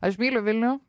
aš myliu vilnių